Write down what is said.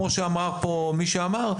כמו שאמרה כאן מי שאמר,